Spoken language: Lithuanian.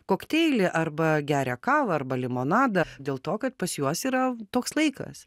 kokteilį arba geria kavą arba limonadą dėl to kad pas juos yra toks laikas